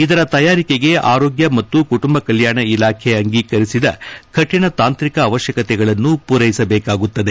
ಇದರ ತಯಾರಿಕೆಗೆ ಆರೋಗ್ಡ ಮತ್ತು ಕುಟುಂಬ ಕಲ್ಕಾಣ ಇಲಾಖೆ ಅಂಗೀಕರಿಸಿದ ಕಾಣ ತಾಂತ್ರಿಕ ಅವಶ್ವಕತೆಗಳನ್ನು ಪೂರೈಸಬೇಕಾಗುತ್ತದೆ